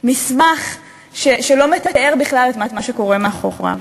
במסמך שלא מתאר בכלל את מה שקורה מאחוריו,